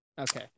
Okay